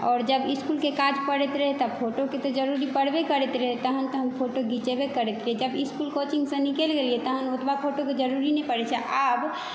आओर जब स्कूलके काज परैत रहय तऽ तब फोटोके तऽ जरूरी परबै करैत रहय तहन तऽ हम फोटो घीचिबे करैत रहिय जब स्कूल कोचिंगसँ निकलि गेलियै तहन ओतबा फोटोक जरूरी नहि परय छै आब